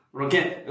okay